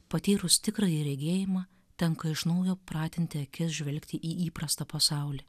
patyrus tikrąjį regėjimą tenka iš naujo pratinti akis žvelgti į įprastą pasaulį